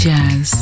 Jazz